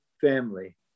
family